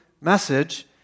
message